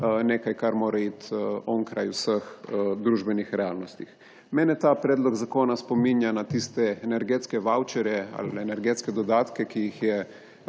nekaj, kar mora iti onkraj vseh družbenih realnosti. Mene ta predlog zakona spominja na tiste energetske vavčerje ali energetske dodatke, ki jih je